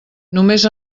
només